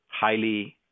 highly